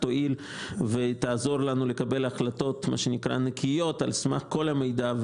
תועיל ותעזור לנו לקבל החלטות על סמך כל המידע,